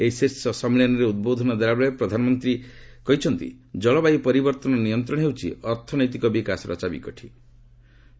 ଏହି ଶୀର୍ଷ ସମ୍ମିଳନୀରେ ଉଦ୍ବୋଧନ ଦେଲାବେଳେ ପ୍ରଧାନମନ୍ତ୍ରୀ ଜଳବାୟୁ ପରିବର୍ତ୍ତନ ନିୟନ୍ତ୍ରଣ ହେଉଛି ଅର୍ଥନୈତିକ ବିକାଶ କହିଛନ୍ତି